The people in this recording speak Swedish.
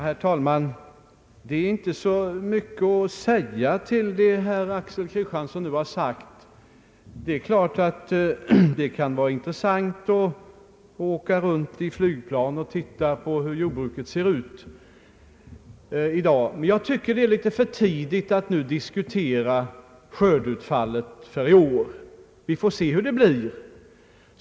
Herr talman! Det är inte så mycket att säga till det som herr Axel Kristiansson nu har anfört. Det är klart att det kan vara intressant att åka runt i flygplan och titta på hur jordbruket ser ut i dag. Men jag tycker det är litet för tidigt att nu diskutera skördeutfallet för i år. Vi får se hur det blir.